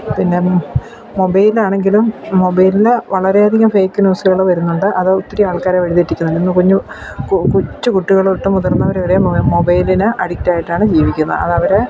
പിന്നെ മൊബൈലാണെങ്കിലും മൊബൈലിൽ വളരെയധികം ഫേക്ക് ന്യൂസുകൾ വരുന്നുണ്ട് അത് ഒത്തിരി ആൾക്കാരെ വഴിതെറ്റിക്കുന്നു ഇന്ന് കുഞ്ഞ് കൊച്ചു കുട്ടികൾ തൊട്ട് മുതിർന്നവർ വരെ മൊബൈലിന് അഡിക്റ്റായിട്ടാണ് ജീവിക്കുന്നത് അതവർ